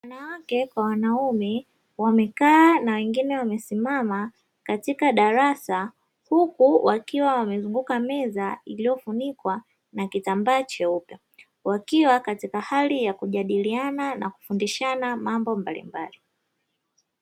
Wanawake kwa wanaume wamekaa na wengine wamesimama katika darasa, huku wakiwa wamezunguka meza iliyofunikwa na kitambaa cheupe, wakiwa katika hali ya kujadiliana na kufundishana mambo mbalimbali.